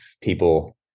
people